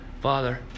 Father